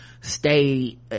stay